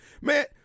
man